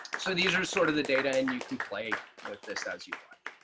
so these are sort of the data and you can play with this as you like.